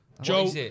Joe